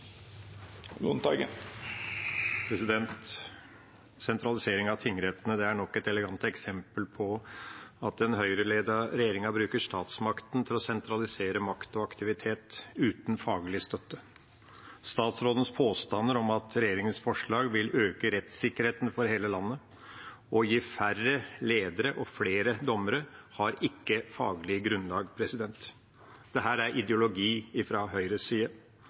av tingrettene er nok et elegant eksempel på at den Høyre-ledede regjeringa bruker statsmakta for å sentralisere makt og aktivitet uten faglig støtte. Statsrådens påstander om at regjeringas forslag vil øke rettssikkerheten for hele landet og gi færre ledere og flere dommere, har ikke faglig grunnlag. Dette er ideologi fra Høyres side.